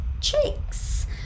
chicks